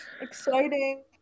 Exciting